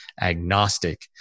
agnostic